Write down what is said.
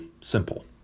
simple